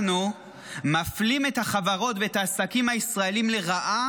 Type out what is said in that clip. אנחנו מפלים את החברות ואת העסקים הישראליים לרעה